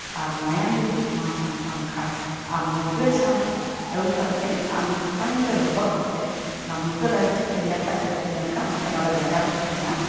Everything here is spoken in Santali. ᱟᱨ ᱢᱟᱭᱟᱢ ᱡᱩᱫᱤ ᱠᱚᱢᱟᱣᱟᱠᱟᱱ ᱛᱟᱢ ᱠᱷᱟᱡ ᱟᱢ ᱢᱩᱨᱜᱟᱹ ᱪᱷᱟᱞ ᱟᱹᱜᱩ ᱠᱟᱛᱮᱫ ᱟᱢ ᱜᱚᱴᱟ ᱧᱤᱫᱟᱹ ᱞᱚᱦᱚᱫ ᱠᱟᱛᱮᱫ ᱚᱱᱟ ᱢᱩᱨᱜᱟᱹ ᱫᱟᱨᱮ ᱪᱚᱯᱮ ᱧᱮ ᱠᱟᱜ ᱪᱚ ᱵᱟᱯᱮ ᱧᱮᱞ ᱠᱟᱜ ᱢᱮᱱᱠᱷᱟᱱ ᱚᱱᱟ ᱫᱚ ᱜᱟᱡᱟᱲ ᱨᱮ ᱛᱮᱦᱮᱱᱟ